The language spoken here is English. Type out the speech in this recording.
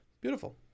Beautiful